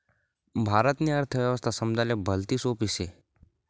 भारतनी अर्थव्यवस्था समजाले भलती सोपी शे